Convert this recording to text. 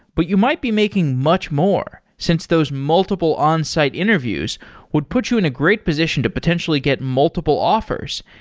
but you might be making much more, since those multiple on-site interviews would put you in a great position to potentially get multiple offers.